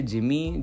Jimmy